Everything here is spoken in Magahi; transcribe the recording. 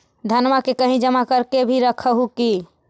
धनमा के कहिं जमा कर के भी रख हू की?